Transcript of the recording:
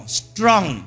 strong